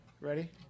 Ready